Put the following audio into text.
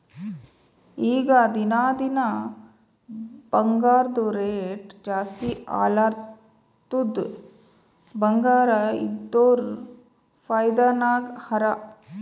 ಈಗ ದಿನಾ ದಿನಾ ಬಂಗಾರ್ದು ರೇಟ್ ಜಾಸ್ತಿ ಆಲತ್ತುದ್ ಬಂಗಾರ ಇದ್ದೋರ್ ಫೈದಾ ನಾಗ್ ಹರಾ